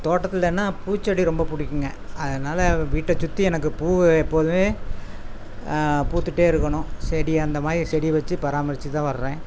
தோட்டத்திலனா பூச்செடி ரொம்ப பிடிக்குங்க அதனால் வீட்டை சுற்றி எனக்கு பூ எப்போதுமே பூத்துட்டே இருக்கனும் செடி அந்தமாதிரி செடி வச்சு பராமரிச்சிகிட்டுதான் வரேன்